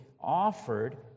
offered